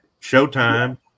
Showtime